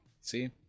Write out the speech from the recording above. See